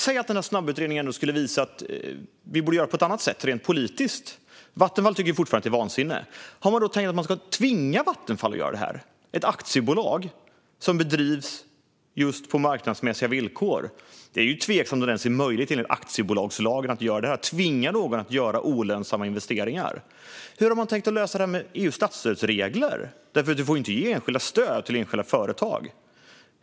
Säg att snabbutredningen visar att vi borde göra på ett annat sätt rent politiskt - Vattenfall tycker fortfarande att det är vansinne - har man då tänkt tvinga Vattenfall att göra det här? Det är ett aktiebolag som drivs på just marknadsmässiga villkor. Det är tveksamt om det ens är möjligt enligt aktiebolagslagen att tvinga någon att göra olönsamma investeringar. Hur har Kristdemokraterna tänkt lösa det här med tanke på EU:s statsstödsregler? Man får ju inte ge stöd till enskilda företag.